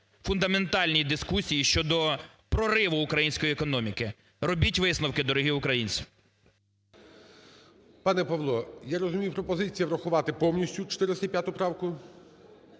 фундаментальній дискусії щодо прориву української економіки. Робіть висновки, дорогі українці. ГОЛОВУЮЧИЙ. Пане Павло, я розумію, пропозиція врахувати повністю 405 правку.